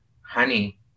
honey